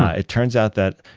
ah it turns out that,